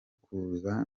kuza